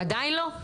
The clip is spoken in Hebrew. עדיין לא?